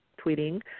tweeting